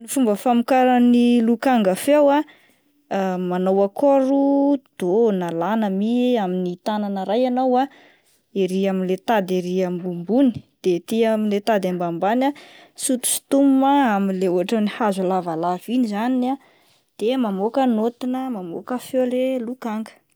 Ny fomba famokaran'ny lokanga foa ah manao akôro dô na la na mi amin'ny tanàna iray ianao ah ery amin'ilay tady ery ambonimbony de ety amin'ilay tady ambanimbany sotisotomina amin'ilay ohatran'ny hazo lavalava iny izany ah mamoaka naoty na mamoka feo ilay lokanga.